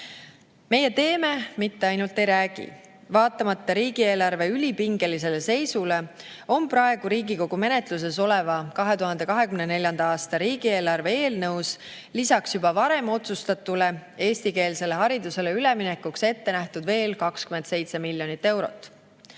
Meie teeme, mitte ainult ei räägi. Vaatamata riigieelarve ülipingelisele seisule on praegu Riigikogu menetluses oleva 2024. aasta riigieelarve eelnõus lisaks juba varem otsustatule eestikeelsele haridusele üleminekuks ette nähtud veel 27 miljonit eurot.